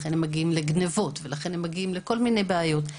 לכן הם מגיעים לגניבות וכל מיני בעיות.